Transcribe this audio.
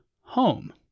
home